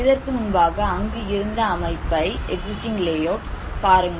இதற்கு முன்பாக அங்கு இருந்த அமைப்பை பாருங்கள்